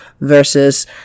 versus